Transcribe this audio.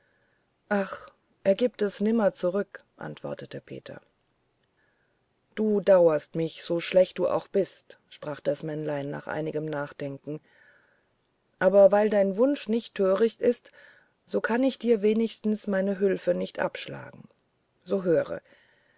ach er gibt es nimmer zurück antwortete peter du dauerst mich so schlecht du auch bist sprach das männlein nach einigem nachdenken aber weil dein wunsch nicht töricht ist so kann ich dir wenigstens meine hülfe nicht abschlagen so höre